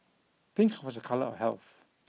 pink was a colour of health